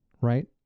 right